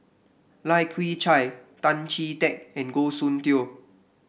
Lai Kew Chai Tan Chee Teck and Goh Soon Tioe